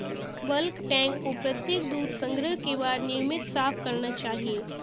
bulk tank को प्रत्येक दूध संग्रह के बाद नियमित साफ करना चाहिए